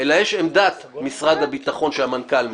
אלא יש את עמדת משרד הביטחון שהמנכ"ל מכין,